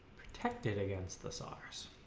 protected against the sars.